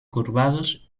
curvados